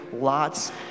lots